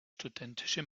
studentische